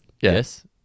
yes